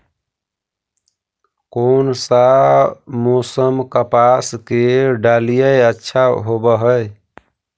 कोन सा मोसम कपास के डालीय अच्छा होबहय?